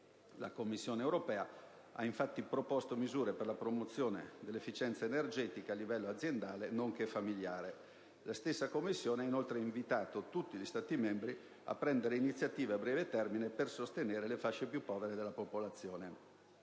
dei combustibili; propose inoltre misure per la promozione dell'efficienza energetica a livello aziendale nonché familiare. La stessa Commissione invitò allora tutti gli Stati membri a prendere iniziative a breve termine per sostenere le fasce più povere della popolazione.